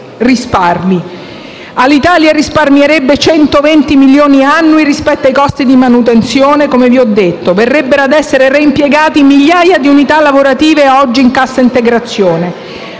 risparmi? Alitalia risparmierebbe circa 150 milioni di euro annui rispetto ai costi di manutenzione, come vi ho detto; verrebbero ad essere reimpiegate migliaia di unità lavorative oggi in cassa integrazione;